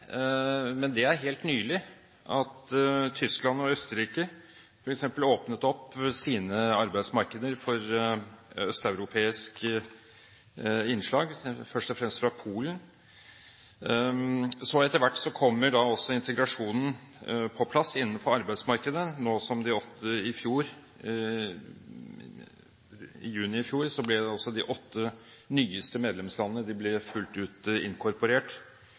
Men det er helt nylig at Tyskland og Østerrike f.eks. åpnet opp sine arbeidsmarkeder for østeuropeiske innslag, først og fremst fra Polen. Etter hvert kommer også integrasjonen på plass innenfor arbeidsmarkedet, nå som de åtte nyeste medlemslandene i juni i fjor ble fullt ut inkorporert i det